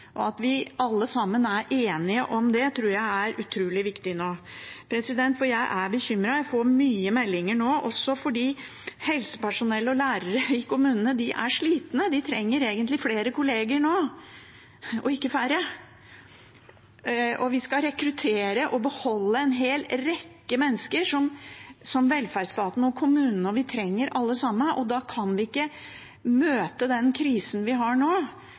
At vi alle sammen er enige om det, tror jeg er utrolig viktig nå. Jeg er bekymret – jeg får mange meldinger nå, også fordi helsepersonell og lærere i kommunene er slitne, de trenger egentlig flere kolleger nå og ikke færre. Vi skal rekruttere og beholde en hel rekke mennesker som velferdsstaten, kommunene og vi trenger, alle sammen, og da kan vi ikke møte den krisa vi har nå,